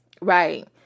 Right